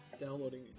downloading